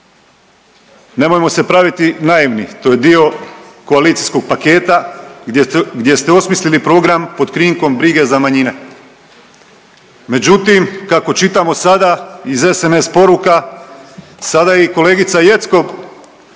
Nemojmo se praviti naivni, to je dio koalicijskog paketa gdje se osmislili program pod krinkom brige za manjine. Međutim, kako čitamo sada iz SMS poruka, sada i kolegica Jeckov